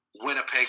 Winnipeg